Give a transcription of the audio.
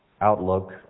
outlook